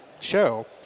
show